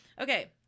Okay